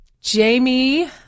Jamie